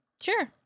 Sure